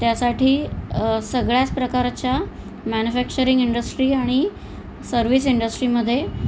त्यासाठी सगळ्याच प्रकारच्या मॅन्युफॅक्चरिंग इंडस्ट्री आणि सर्विस इंडस्ट्रीमध्ये